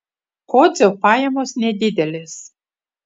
kodzio pajamos nedidelės